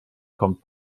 kommt